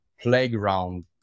playground